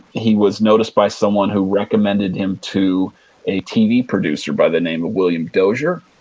he was noticed by someone who recommended him to a tv producer by the name of william dozier.